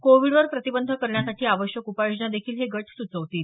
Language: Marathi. कोविडवर प्रतिबंध करण्यासाठी आवश्यक उपाययोजना देखील हे गट सुचवतील